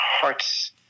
hearts